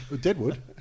Deadwood